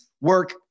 work